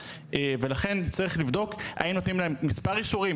ולכן צריך לבדוק אם נותנים להם מספר אישורים,